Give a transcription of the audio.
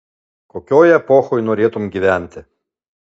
kokioj epochoj norėtum gyventi